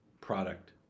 product